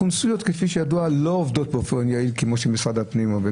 הקונסוליות כידוע לא עובדות באופן יעיל כמו שעובד משרד הפנים.